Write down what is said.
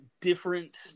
different